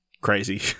crazy